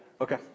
Okay